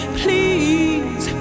please